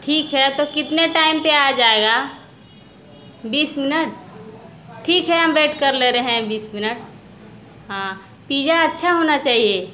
ठीक है तो कितने टाइम पर आ जाएगा बीस मिनट ठीक है हम वेट कर ले रहे हैं बीस मिनट हाँ पिज़्ज़ा अच्छा होना चाहिए